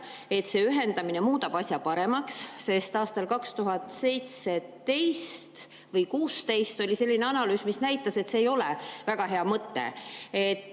et see ühendamine muudab asja paremaks. Aastal 2017 või 2016 oli selline analüüs, mis näitas, et see ei ole väga hea mõte.